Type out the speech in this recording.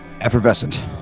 Effervescent